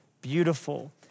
beautiful